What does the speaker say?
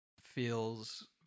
feels